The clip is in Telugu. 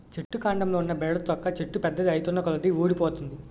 చెట్టు కాండంలో ఉన్న బెరడు తొక్క చెట్టు పెద్దది ఐతున్నకొలది వూడిపోతుంది